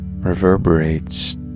reverberates